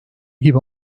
gibi